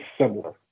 similar